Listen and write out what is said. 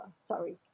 Sorry